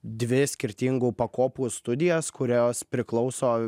dvi skirtingų pakopų studijas kurios priklauso